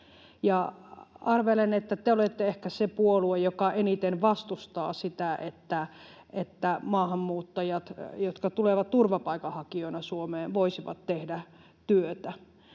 arvelen, että te olette ehkä se puolue, joka eniten vastustaa sitä, että maahanmuuttajat, jotka tulevat turvapaikanhakijoina Suomeen, voisivat tehdä työtä,